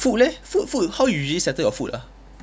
food leh food food how you usually settle your food ah